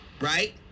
Right